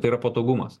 tai yra patogumas